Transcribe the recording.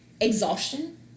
exhaustion